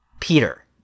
Peter